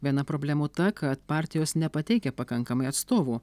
viena problemų ta kad partijos nepateikia pakankamai atstovų